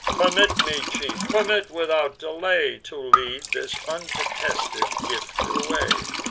permit me, chief, permit without delay, to lead this uncontended gift away.